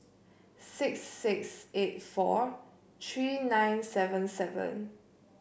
six six eight four three nine seven seven